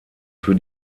für